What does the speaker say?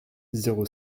zéro